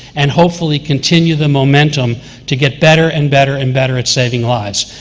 and hopefully continue the momentum to get better and better and better at saving lives.